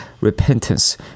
repentance